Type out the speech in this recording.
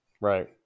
right